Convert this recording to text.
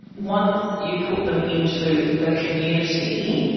once you put them into the community,